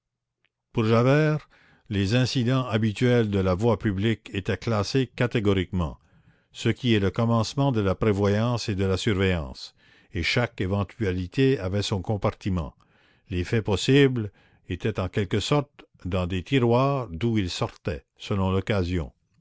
pour javert les incidents habituels de la voie publique étaient classés catégoriquement ce qui est le commencement de la prévoyance et de la surveillance et chaque éventualité avait son compartiment les faits possibles étaient en quelque sorte dans des tiroirs d'où ils sortaient selon l'occasion